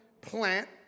plant